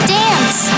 dance